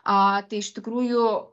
tai iš tikrųjų